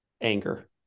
anger